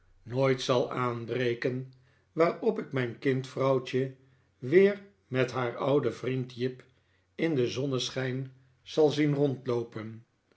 nooit zal aanbreken waarop ik mijn kind vrouwtje weer met haar ouden vriend jip in den zonneschijn zal zien rondloopen